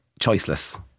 choiceless